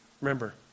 Remember